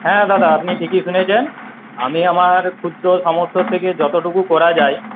হ্যাঁ দাদা আপনি ঠিকই শুনেছেন আমি আমার ক্ষুদ্র সামর্থ্য থেকে যতটুকু করা যায়